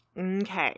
Okay